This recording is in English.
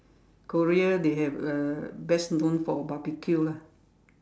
Korea they have uh best known for barbeque lah